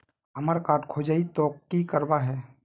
हमार कार्ड खोजेई तो की करवार है?